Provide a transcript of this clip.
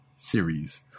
series